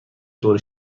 طور